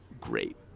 great